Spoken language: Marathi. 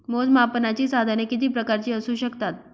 मोजमापनाची साधने किती प्रकारची असू शकतात?